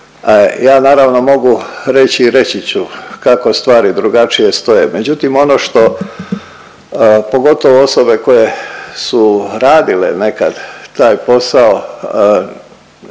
Ja naravno mogu reći i reći ću kako stvari drugačije stoje, međutim ono što pogotovo osobe koje su radile nekad taj posao